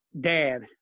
dad